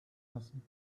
lassen